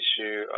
issue